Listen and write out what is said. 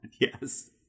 Yes